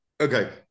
Okay